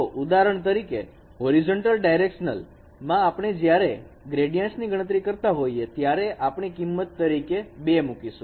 તો ઉદાહરણ તરીકે હોરીજોન્ટલ ડાયરેક્શન માં જ્યારે આપણે ગ્રેડીયાન્ટસ ની ગણતરી કરતા હોઈએ ત્યારે આપણી કિંમત તરીકે 2 મુકશું